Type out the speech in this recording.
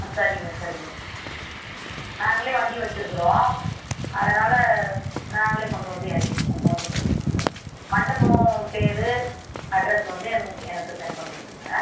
ஆ சரிங்க சரிங்க நாங்களே வண்டி வச்சுருக்குறோம் அதனால் நாங்களே கொண்டு வந்து இறக்கிடுவோம் ஒன்றும் பிரச்சனை இல்லை மண்டபம் பேர் அட்ரஸ் வந்து என் எனக்கு சென்ட் பண்ணிவிடுங்கள்